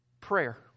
Prayer